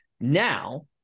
Now